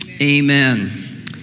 amen